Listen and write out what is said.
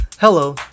Hello